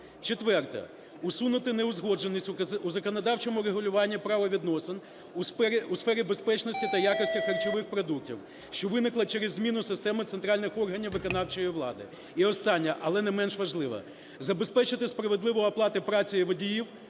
Четверте. Усунути неузгодженість у законодавчому регулюванні правовідносин у сфері безпечності та якості харчових продуктів, що виникла через зміну системи центральних органів виконавчої влади. І остання, але не менш важлива. Забезпечити справедливу оплату праці водіїв